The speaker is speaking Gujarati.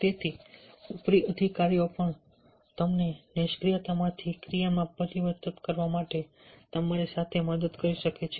તેથી ઉપરી અધિકારીઓ પણ તમને નિષ્ક્રિયતામાંથી ક્રિયામાં પરિવર્તિત કરવા માટે તમારી સાથે મદદ કરી શકે છે